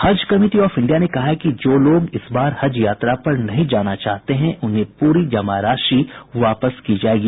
हज committee of India ने कहा है कि जो लोग इस बार हज यात्रा पर नहीं जाना चाहते हैं उन्हें पूरी जमा राशि वापस की जायेगी